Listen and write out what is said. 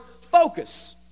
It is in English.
focus